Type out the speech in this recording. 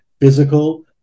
physical